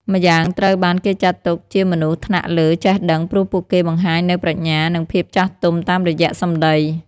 ម្យ៉ាងត្រូវបានគេចាត់ទុកជាមនុស្សថ្នាក់លើចេះដឹង ព្រោះពួកគេបង្ហាញនូវប្រាជ្ញា និងភាពចាស់ទុំតាមរយៈសម្ដី។